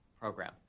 program